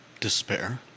Despair